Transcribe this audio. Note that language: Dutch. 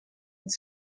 het